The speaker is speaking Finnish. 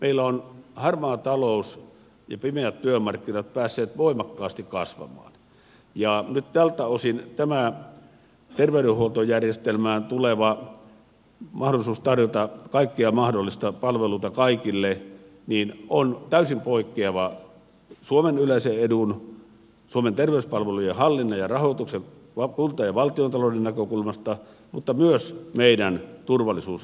meillä ovat harmaa talous ja pimeät työmarkkinat päässeet voimakkaasti kasvamaan ja nyt tältä osin tämä terveydenhuoltojärjestelmään tuleva mahdollisuus tarjota kaikkia mahdollisia palveluita kaikille on täysin poikkeava suomen yleisen edun suomen terveyspalvelujen hallinnan ja rahoituksen kunta ja valtiontalouden näkökulmasta mutta myös meidän turvallisuusnäkökulmasta